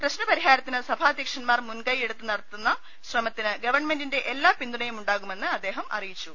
പ്രശ്ന പരി ഹാരത്തിന് സഭാധ്യക്ഷന്മാർ മുൻകൈ എടുത്ത് നടത്തുന്ന ശ്രമത്തിന് ഗവൺമെന്റിന്റെ എല്ലാ പിന്തുണയുമുണ്ടാകുമെന്ന് അദ്ദേഹം അറിയിച്ചു